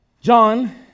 John